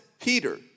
Peter